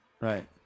Right